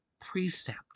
precept